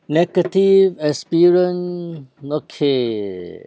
negative experience okay